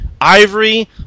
Ivory